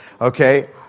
Okay